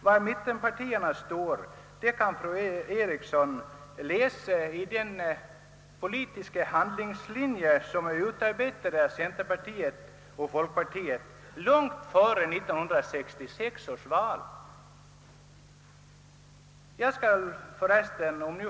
Var mittenpartierna står kan fru Eriksson läsa i det politiska handlingsprogram som långt före 1966 års val utarbetades av centerpartiet och folkpartiet.